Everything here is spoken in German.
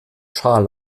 schal